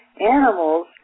animals